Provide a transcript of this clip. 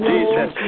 Jesus